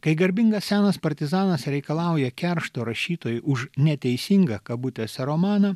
kai garbingas senas partizanas reikalauja keršto rašytojui už neteisingą kabutėse romaną